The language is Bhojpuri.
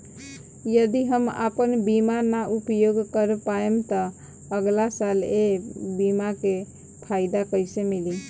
यदि हम आपन बीमा ना उपयोग कर पाएम त अगलासाल ए बीमा के फाइदा कइसे मिली?